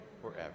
forever